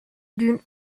d’une